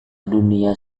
dunia